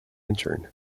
intern